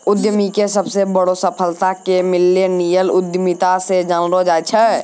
उद्यमीके सबसे बड़ो सफलता के मिल्लेनियल उद्यमिता से जानलो जाय छै